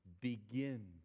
begin